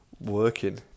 working